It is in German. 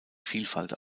vielfalt